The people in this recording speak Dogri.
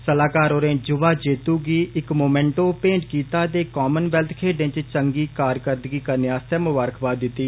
सलाहकार होरे युवा जित्तू गी इक मोमैंटो भेंट कीता ते कामनवेल्थ खेड्ढे च चंगी कारकर्दगी करने आसतै मुंबारकबाद दित्ती